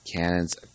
cannons